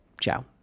ciao